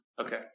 Okay